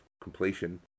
completion